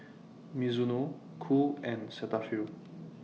Mizuno Qoo and Cetaphil